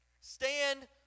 Stand